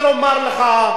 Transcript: אני רוצה לומר לך,